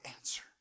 answer